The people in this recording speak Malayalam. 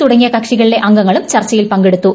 തുടങ്ങിയ കക്ഷികളിലെ അംഗങ്ങളും ചർച്ചയിൽ പങ്കെടുത്തു